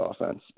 offense